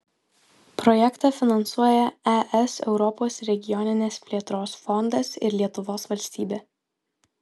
projektą finansuoja es europos regioninės plėtros fondas ir lietuvos valstybė